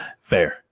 Fair